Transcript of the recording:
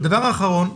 דבר אחרון,